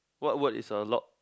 what word is a log